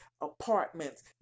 apartments